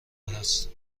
است